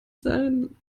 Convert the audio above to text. sein